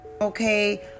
Okay